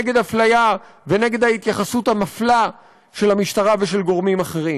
נגד אפליה ונגד ההתייחסות המפלה של המשטרה וגורמים אחרים.